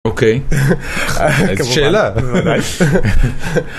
אוקיי, איזו שאלה.